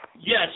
Yes